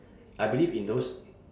I believe in those